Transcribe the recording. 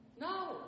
No